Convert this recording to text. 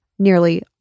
Nearly